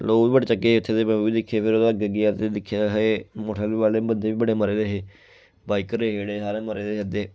लोक बी बड़े चंगे हे इत्थे ते में बी दिक्खे फिर ओह्दा अग्गें गेआ उत्थे दिक्खेआ हे मोटरसैकल आह्ले बंदे बी बड़े मरे दे हे बाइकर हे जेह्ड़े सारे मरे दे हे अद्धे